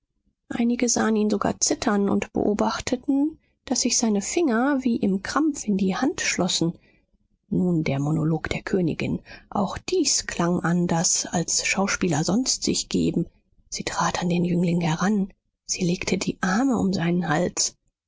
einige sahen ihn sogar zittern und beobachteten daß sich seine finger wie im krampf in die hand schlossen nun der monolog der königin auch dies klang anders als schauspieler sonst sich geben sie tritt an den jüngling heran sie legt die arme um seinen hals